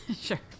Sure